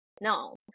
No